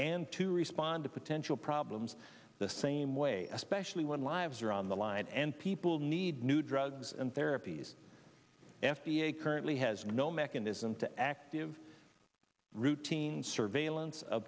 and to respond to potential problems the same way especially when lives are on the line and people need new drugs and therapies f d a currently has no mechanism to active routine surveillance